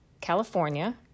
California